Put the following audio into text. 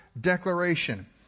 declaration